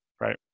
Right